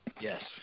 Yes